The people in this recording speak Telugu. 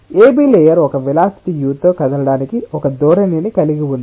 AB లేయర్ ఒక వెలాసిటి u తో కదలడానికి ఒక ధోరణిని కలిగి ఉంది